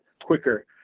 quicker